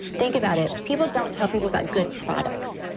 think about it. people don't tell people about good products.